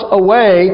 away